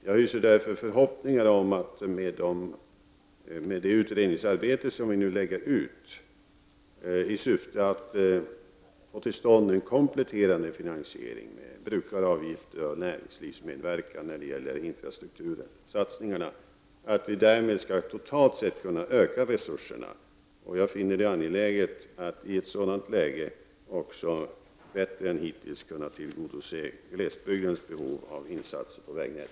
Jag hyser därför förhoppningar om att vi med det utredningsarbete som nu läggs ut i syfte att få till stånd en kompletterande finansiering med brukaravgifter och näringslivsmedverkan när det gäller infrastruktursatsningar totalt sett skall kunna öka resurserna. Jag finner det angeläget att i ett sådant läge också bättre än hittills kunna tillgodose glesbygdens behov av insatser för vägnätet.